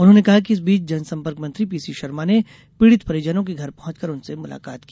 उन्होंने कहा कि इस इस बीच जनसंपर्क मंत्री पी सी शर्मा ने पीड़ित परिजनों के घर पहुंचकर उनसे मुलाकात की